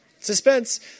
suspense